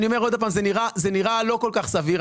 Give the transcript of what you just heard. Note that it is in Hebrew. אני אומר שוב שזה נראה לא כל כך סביר.